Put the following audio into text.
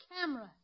camera